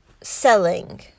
selling